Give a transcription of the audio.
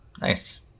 Nice